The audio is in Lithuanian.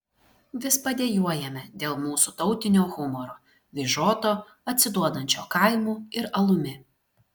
vis padejuojame dėl mūsų tautinio humoro vyžoto atsiduodančio kaimu ir alumi